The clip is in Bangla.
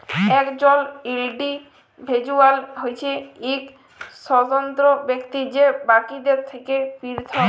একজল ইল্ডিভিজুয়াল হছে ইক স্বতন্ত্র ব্যক্তি যে বাকিদের থ্যাকে পিরথক